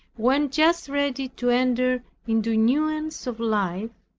when just ready to enter into newness of life,